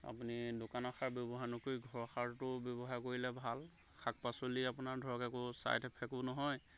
আপুনি দোকানৰ সাৰ ব্যৱহাৰ নকৰি ঘৰৰ সাৰটো ব্যৱহাৰ কৰিলে ভাল শাক পাচলি আপোনাৰ ধৰক একো ছাইড এফেক্টো নহয়